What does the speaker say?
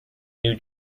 new